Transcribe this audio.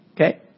Okay